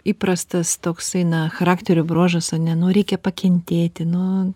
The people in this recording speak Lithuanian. įprastas toksai na charakterio bruožas ane nu reikia pakentėti nu